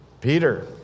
Peter